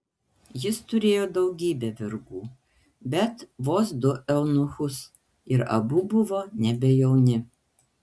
jis turėjo daugybę vergų bet vos du eunuchus ir abu buvo nebe jauni